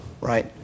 right